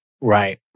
Right